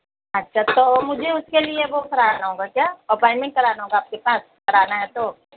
اچھا تو مجھے اُس کے لیے وہ کرانا ہوگا کیا اپوائنٹمینٹ کرانا ہوگا آپ کے پاس کرانا ہے تو